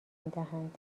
میدهند